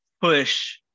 push